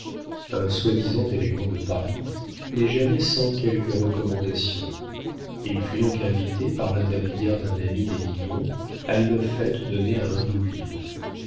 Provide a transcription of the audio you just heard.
un soi-disant élégant de paris n'est jamais sans quelques recommandations il fut donc invité par l'intermédiaire d'un ami des mignon à une fête donnée à